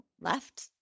left